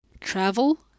Travel